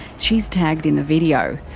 she's tagged in the video.